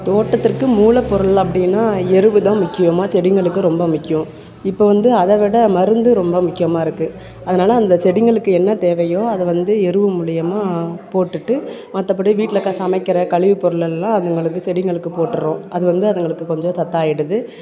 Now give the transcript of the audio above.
தோட்டத்திற்கு மூலப்பொருள் அப்படின்னா எரு தான் முக்கியமாக செடிகளுக்கு ரொம்ப முக்கியம் இப்போது வந்து அதை விட மருந்து ரொம்ப முக்கியமாக இருக்குது அதனாலே அந்த செடிகளுக்கு என்ன தேவையோ அதை வந்து எரு மூலயமா போட்டுவிட்டு மற்றபடி வீட்டில் இருக்கற சமைக்கிற கழிவுப்பொருள் எல்லாம் அதுங்களுக்கு செடிங்களுக்கு போட்டுடறோம் அது வந்து அதுங்களுக்கு கொஞ்சம் சத்தாயிடுது